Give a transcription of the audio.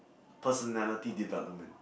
personality development